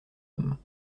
hommes